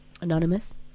Anonymous